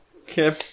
Okay